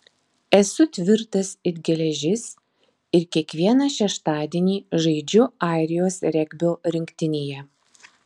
esu tvirtas it geležis ir kiekvieną šeštadienį žaidžiu airijos regbio rinktinėje